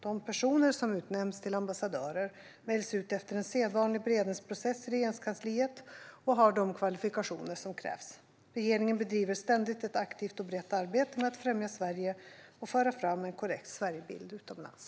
De personer som utnämns till ambassadörer väljs ut efter en sedvanlig beredningsprocess i Regeringskansliet och har de kvalifikationer som krävs. Regeringen bedriver ständigt ett aktivt och brett arbete med att främja Sverige och föra fram en korrekt Sverigebild utomlands.